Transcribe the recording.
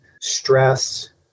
stress